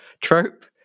trope